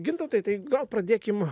gintautai tai gal pradėkim